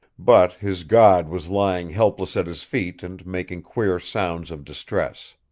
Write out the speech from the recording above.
but his god was lying helpless at his feet and making queer sounds of distress.